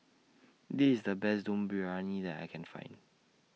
This IS The Best Dum Briyani that I Can Find